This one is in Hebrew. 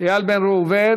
איל בן ראובן,